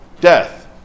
death